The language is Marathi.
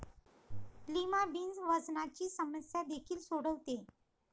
लिमा बीन्स वजनाची समस्या देखील सोडवते